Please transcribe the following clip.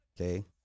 Okay